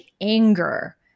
anger